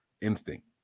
instinct